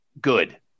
good